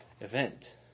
event